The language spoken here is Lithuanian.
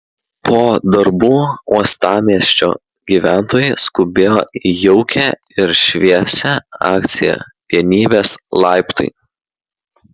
po darbų uostamiesčio gyventojai skubėjo į jaukią ir šviesią akciją vienybės laiptai